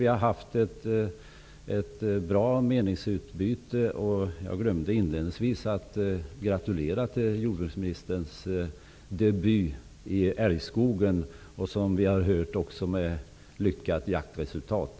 Vi har haft ett bra meningsutbyte. Inledningsvis glömde jag att gratulera till jordbruksministerns debut i älgskogen, med -- som vi har hört -- lyckat jaktresultat.